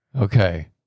Okay